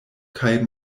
kaj